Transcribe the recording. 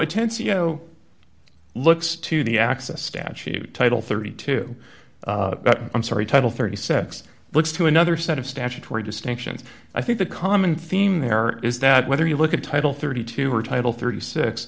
intense yo looks to the access statute title thirty two i'm sorry title thirty sets looks to another set of statutory distinctions i think the common theme there is that whether you look at title thirty two or title thirty six